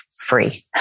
free